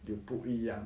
有不一样